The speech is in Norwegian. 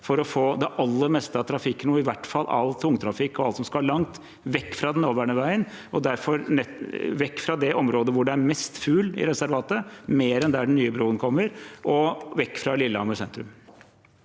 for å få det aller meste av trafikk, og i hvert fall all tungtrafikk og alt som skal langt, vekk fra den nåværende veien, vekk fra det området hvor det er mest fugl i reservatet – mer enn der hvor den nye broen kommer – og vekk fra Lillehammer sentrum.